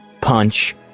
punch